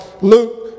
Luke